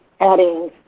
adding